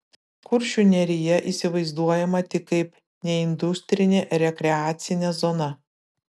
kuršių nerija įsivaizduojama tik kaip neindustrinė rekreacinė zona